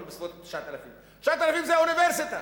אבל בסביבות 9,000. 9,000 זה אוניברסיטה.